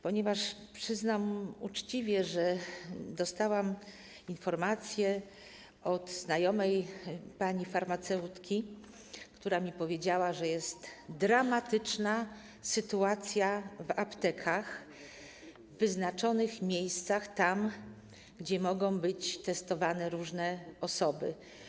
Przyznam uczciwie, że dostałam informację od znajomej pani farmaceutki, która mi powiedziała, że jest dramatyczna sytuacja w aptekach, w wyznaczonych miejscach, tam gdzie mogą być testowane różne osoby.